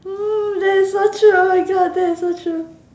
that's so true that is so true